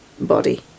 body